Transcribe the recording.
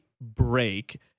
break